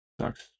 Sucks